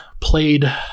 played